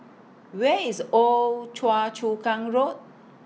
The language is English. Where IS Old Choa Chu Kang Road